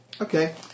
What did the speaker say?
Okay